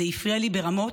זה הפריע לי ברמות,